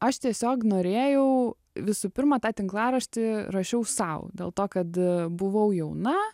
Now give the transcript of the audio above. aš tiesiog norėjau visų pirma tą tinklaraštį rašiau sau dėl to kad buvau jauna